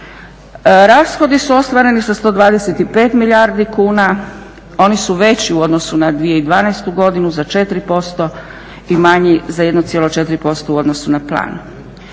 Rashodi su ostvareni sa 125 milijardi kuna, oni su veći u odnosu na 2012. godinu za 4% i manji za 1,4% u odnosu na plan.